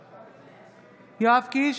קיש,